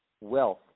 wealth